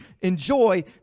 enjoy